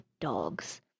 dogs